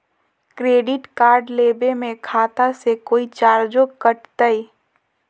Credit card लेवे में खाता से कोई चार्जो कटतई?